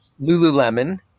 Lululemon